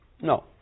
No